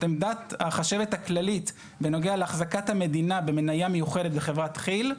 עמדת החשבת הכללית בנוגע להחזקת המדינה במניה מיוחדת בחברת כי"ל.